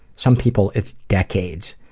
some people it's decades,